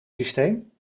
systeem